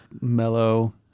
Mellow